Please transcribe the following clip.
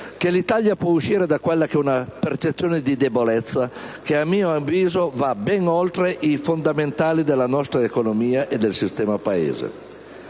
che l'Italia può uscire da una percezione di debolezza che, a mio avviso, va ben oltre i fondamentali della nostra economia e del sistema Paese.